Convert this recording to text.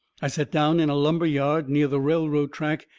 i set down in a lumber yard near the railroad track,